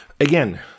again